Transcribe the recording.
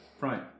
right